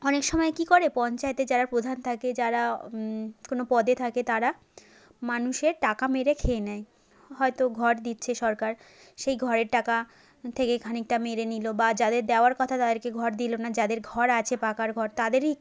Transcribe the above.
অনেক সময় কী করে পঞ্চায়েতের যারা প্রধান থাকে যারা কোনো পদে থাকে তারা মানুষের টাকা মেরে খেয়ে নেয় হয়তো ঘর দিচ্ছে সরকার সেই ঘরের টাকা থেকে খানিকটা মেরে নিলো বা যাদের দেওয়ার কথা তাদেরকে ঘর দিলো না যাদের ঘর আছে পাকা ঘর তাদেরই